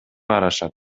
карашат